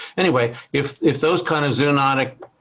anyway, if if those kind of zoonotic